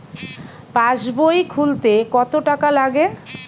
পাশবই খুলতে কতো টাকা লাগে?